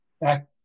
back